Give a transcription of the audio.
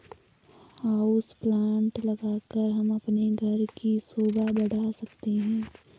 house plant लगाकर हम अपने घर की शोभा बढ़ा सकते हैं